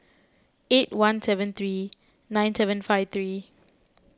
eight one seven three nine seven five three